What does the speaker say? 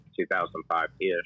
2005-ish